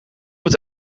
het